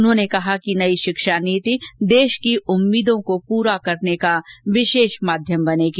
उन्होंने कहा कि नई शिक्षा नीति देश की उम्मीदों को पूरी करने का विशेष माध्यम बनेगी